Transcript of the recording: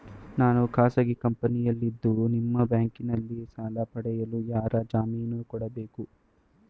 ನಾನು ಖಾಸಗಿ ಕಂಪನಿಯಲ್ಲಿದ್ದು ನಿಮ್ಮ ಬ್ಯಾಂಕಿನಲ್ಲಿ ಸಾಲ ಪಡೆಯಲು ಯಾರ ಜಾಮೀನು ಕೊಡಬೇಕು?